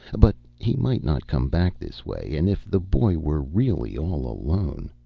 but he might not come back this way. and if the boy were really all alone